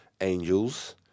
Angels